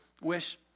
wish